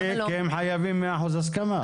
כי הם חייבים מאה אחוז הסכמה.